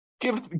Give